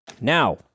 Now